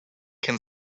can